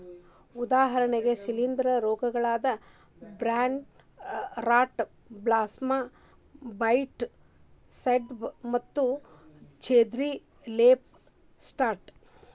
ಉದಾಹರಣೆಗೆ ಶಿಲೇಂಧ್ರ ರೋಗಗಳಾದ brown rot blossom blight, scab ಮತ್ತು ಚೆರ್ರಿ ಲೇಫ್ ಸ್ಪಾಟ್